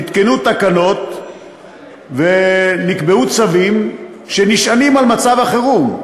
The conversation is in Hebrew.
נתקנו תקנות ונקבעו צווים שנשענים על מצב החירום.